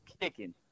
kicking